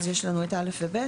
יש לנו את (א) ו-(ב),